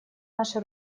наши